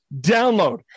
download